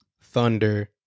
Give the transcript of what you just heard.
thunder